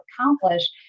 accomplish